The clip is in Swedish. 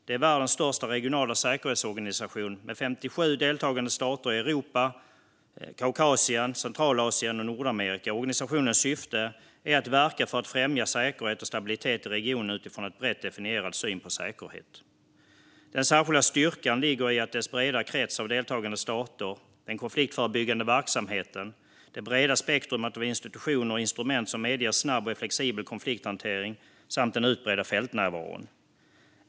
Det är världens största regionala säkerhetsorganisation, med 57 deltagande stater i Europa, Kaukasien, Centralasien och Nordamerika. Organisationens syfte är att verka för att främja säkerhet och stabilitet i regionen utifrån en brett definierad syn på säkerhet. Den särskilda styrkan ligger i dess breda krets av deltagande stater, den konfliktförebyggande verksamheten, det breda spektrumet av institutioner och instrument som medger snabb och flexibel konflikthantering samt den utbredda fältnärvaron.